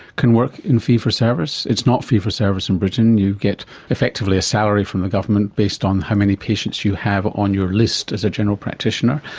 can work in fee for service, it's not fee for service in britain, you get effectively a salary from the government based on how many patients you have on your list as a general practitioner,